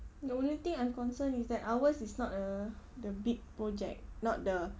the only thing I'm concerned is that ours is not a the big project not the